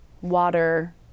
water